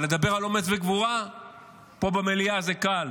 אבל לדבר על אומץ וגבורה פה במליאה זה קל.